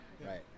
Right